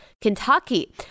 Kentucky